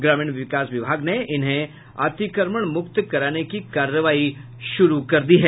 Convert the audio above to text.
ग्रामीण विकास विभाग ने इन्हें अतिक्रमण मुक्त कराने की कार्रवाई शुरू कर दी है